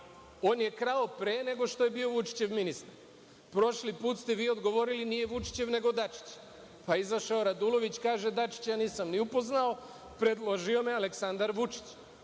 On krao pre nego što je bio Vučićev ministar. Prošli put ste vi odgovorili da nije Vučićev, nego Dačićev, pa je izašao Radulović da kaže – Dačića ja nisam ni upoznao, predložio me je Aleksandar Vučić.